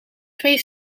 twee